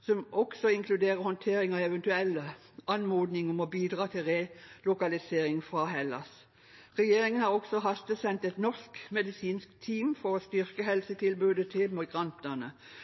som også inkluderer håndtering av eventuell anmodning om å bidra til relokalisering fra Hellas. Regjeringen har også hastesendt et norsk medisinsk team for å styrke helsetilbudet til migrantene.